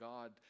God